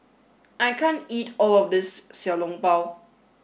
I can't eat all of this Xiao Long Bao